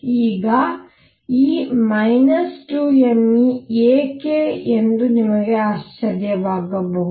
ಈಗ ಈ 2mE ಏಕೆ ಎಂದು ನಿಮಗೆ ಆಶ್ಚರ್ಯವಾಗಬಹುದು